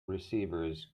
receivers